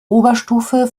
oberstufe